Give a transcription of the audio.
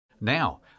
Now